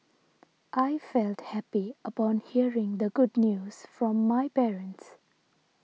I felt happy upon hearing the good news from my parents